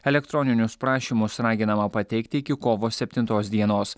elektroninius prašymus raginama pateikti iki kovo septintos dienos